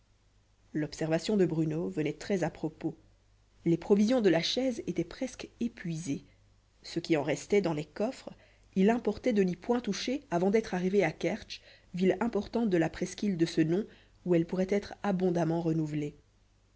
l'observation de bruno venait très à propos les provisions de la chaise étaient presque épuisées ce qui en restait dans les coffres il importait de n'y point toucher avant d'être arrivé à kertsch ville importante de la presqu'île de ce nom où elles pourraient être abondamment renouvelées